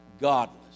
godless